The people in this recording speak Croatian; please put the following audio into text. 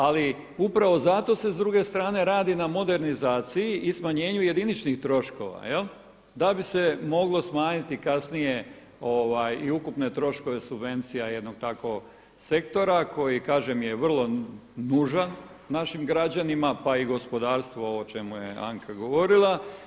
Ali upravo zato se s druge strane radi na modernizaciji i smanjenju jediničnih troškova da bi se moglo smanjiti kasnije i ukupne troškove subvencija jednog tako sektora koji kažem je vrlo nužan našim građanima, pa i gospodarstvo ovo o čemu je Anka govorila.